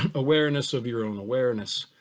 awareness of your own awareness,